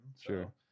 Sure